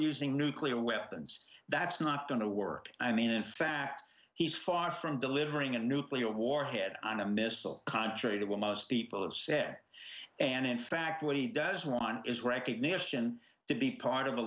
using nuclear weapons that's not going to work i mean in fact he's far from delivering a nuclear warhead on a missile contrary to what most people have said and in fact what he does want is recognition to be part of a